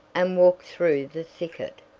and walked through the thicket.